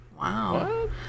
Wow